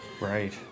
right